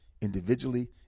individually